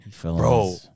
Bro